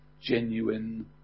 genuine